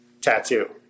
Tattoo